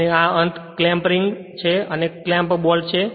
અને આ અંત ક્લેમ્પ રિંગ છે અને આ ક્લેમ્પ બોલ્ટ છે